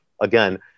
again